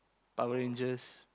Power-Rangers